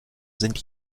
sind